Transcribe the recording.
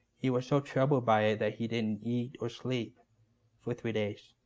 he was so troubled by it that he didn't eat or sleep for three days.